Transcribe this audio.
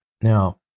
Now